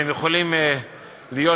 והם יכולים להיות,